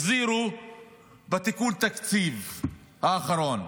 החזירו בתיקון התקציב האחרון.